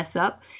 up